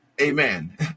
amen